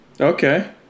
Okay